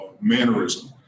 mannerism